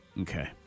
Okay